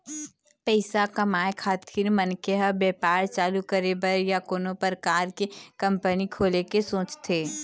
पइसा कमाए खातिर मनखे ह बेपार चालू करे बर या कोनो परकार के कंपनी खोले के सोचथे